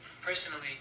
personally